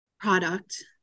product